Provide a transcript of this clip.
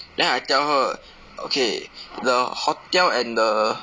then I tell her okay the hotel and the